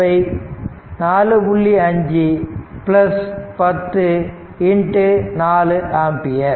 5 10 4 ampere